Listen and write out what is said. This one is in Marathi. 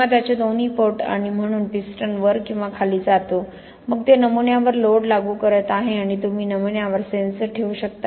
किंवा त्याचे दोन्ही पोर्ट आणि म्हणून पिस्टन वर किंवा खाली जातो मग ते नमुन्यावर लोड लागू करत आहे आणि तुम्ही नमुन्यावर सेन्सर ठेवू शकता